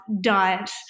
diet